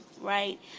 right